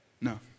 no